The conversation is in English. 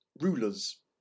rulers